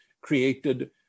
created